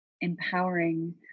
empowering